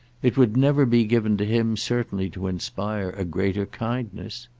it would never be given to him certainly to inspire a greater kindness.